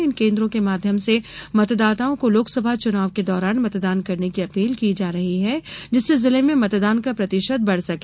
इन केंद्रों के माध्यम से मतदाताओं को लोकसभा चुनाव के दौरान मतदान करने की अपील की जा रही है जिससे जिले में मतदान का प्रतिशत बढ़ सके